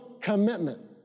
commitment